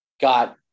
got